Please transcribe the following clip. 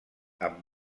amb